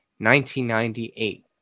1998